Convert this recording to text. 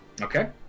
okay